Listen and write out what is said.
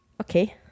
Okay